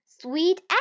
Sweet